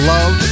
Love